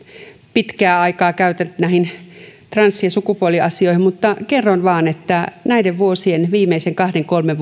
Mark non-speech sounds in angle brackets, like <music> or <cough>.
pitkää aikaa käytä näihin trans ja sukupuoliasioihin mutta kerron vain että todella näiden viimeisen kahden kolmen <unintelligible>